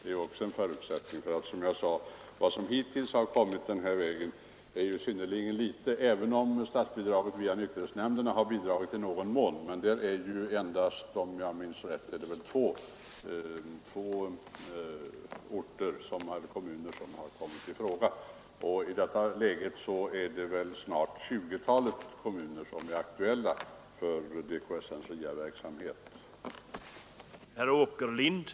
Det är också en förutsättning, för som jag sade har synnerligen litet hittills kommit den här vägen, även om statsbidraget via nykterhetsnämnderna i någon mån har förbättrat läget. Men om jag minns rätt har endast två kommuner kommit i fråga via nykterhetsnämnderna, och nu är snart ett tjugotal kommuner aktuella när det gäller DKSN:s frivilliga verksamhet i landet som helhet.